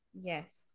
yes